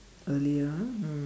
earlier ah mm